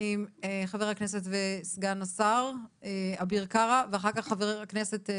חבר הכנסת וסגן השר, אביר קארה, בבקשה.